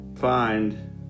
find